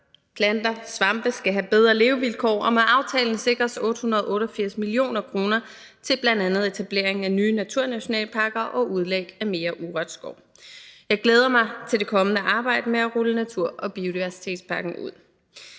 planter og svampe skal have bedre levevilkår, og med aftalen sikres 888 mio. kr. til bl.a. etablering af nye naturnationalparker og udlæg af mere urørt skov. Jeg glæder mig til det kommende arbejde med at rulle natur- og biodiversitetspakken ud.